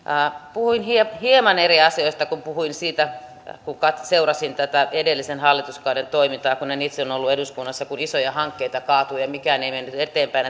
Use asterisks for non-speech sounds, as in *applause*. puhuin hieman eri asioista kun puhuin siitä kuinka seurasin tätä edellisen hallituskauden toimintaa kun en itse ollut eduskunnassa isoja hankkeita kaatui ja mikään ei mennyt eteenpäin *unintelligible*